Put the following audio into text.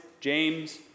James